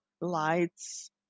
lights